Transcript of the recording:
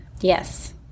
yes